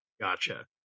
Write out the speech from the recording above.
Gotcha